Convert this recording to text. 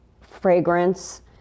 fragrance